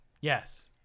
Yes